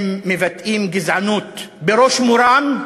הם מבטאים גזענות בראש מורם,